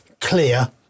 clear